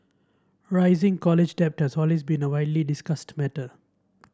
rising college debt has been a widely discussed matter